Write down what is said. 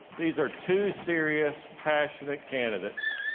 these are two serious, passionate candidates.